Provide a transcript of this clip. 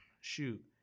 shoot